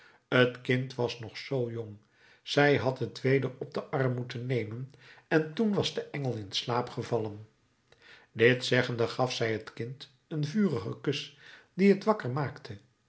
t kind was nog zoo jong zij had het weder op den arm moeten nemen en toen was de engel in slaap gevallen dit zeggende gaf zij het kind een vurigen kus die het wakker maakte